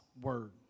word